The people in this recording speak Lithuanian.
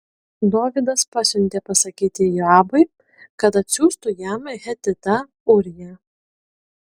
dovydas pasiuntė pasakyti joabui kad atsiųstų jam hetitą ūriją